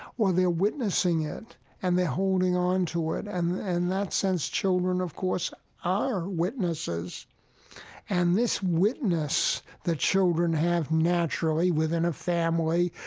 or they're witnessing it and they're holding on to it. and in that sense, children of course are witnesses and this witness that children have naturally within a family,